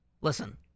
Listen